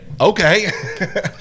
Okay